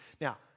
Now